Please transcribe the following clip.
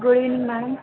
good evening madam